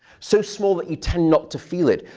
so small that you tend not to feel it.